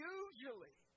usually